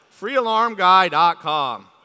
FreeAlarmGuy.com